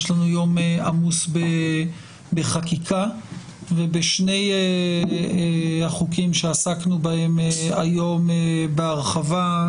יש לנו יום עמוס בחקיקה ובשני החוקים שעסקנו בהם היום בהרחבה,